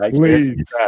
Please